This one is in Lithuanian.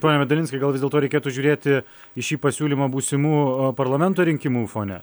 pone medalinskai gal vis dėlto reikėtų žiūrėti į šį pasiūlymą būsimų parlamento rinkimų fone